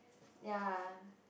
ya